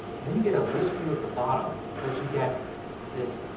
and then you get a list view at the bottom but you get this